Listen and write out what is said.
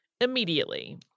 immediately